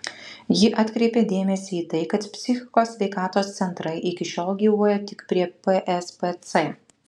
ji atkreipė dėmesį į tai kad psichikos sveikatos centrai iki šiol gyvuoja tik prie pspc